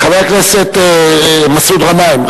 חבר הכנסת מסעוד גנאים,